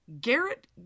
Garrett